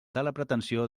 pretensió